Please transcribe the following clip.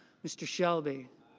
mr. shelby